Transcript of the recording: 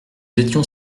étions